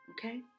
okay